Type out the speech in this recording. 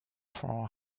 for